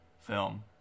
film